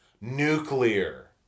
Nuclear